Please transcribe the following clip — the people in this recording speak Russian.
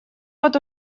вот